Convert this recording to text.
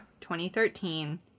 2013